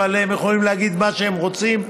אבל הם יכולים להגיד מה שהם רוצים,